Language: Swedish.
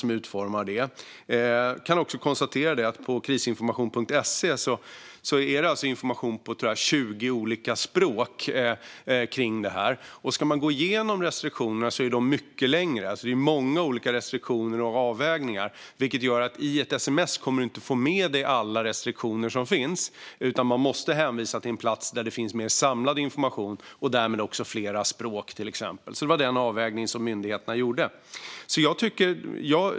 Men det är alltså myndigheterna som har utformat det. På Krisinformation.se finns information på 20 olika språk, tror jag. Det är väldigt mycket restriktioner och avvägningar, och man kan inte i ett sms få med alla restriktioner som finns. Man måste alltså hänvisa till en plats där det finns mer samlad information och till exempel också flera språk. Det var den avvägning som myndigheterna gjorde.